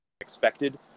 expected